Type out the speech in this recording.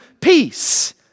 peace